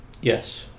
yes